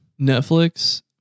Netflix